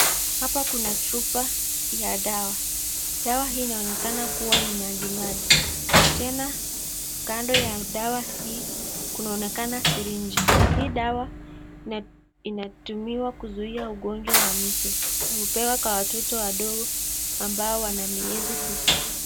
Hapa kuna chupa ya dawa. Dawa hii inaonekana kuwa ni maji maji, tena kando ya dawa hii kunaonekana siriji. Hii dawa inatumiwa kuzuia ugonjwa wa measles na hupewa kwa watoto wadogo ambao wana miezi tisa.